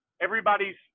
Everybody's